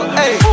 hey